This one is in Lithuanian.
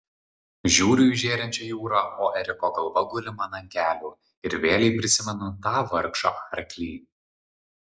žiūriu į žėrinčią jūrą o eriko galva guli man ant kelių ir vėlei prisimenu tą vargšą arklį